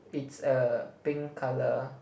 it's a pink colour